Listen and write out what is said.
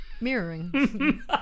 mirroring